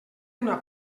una